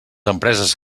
empreses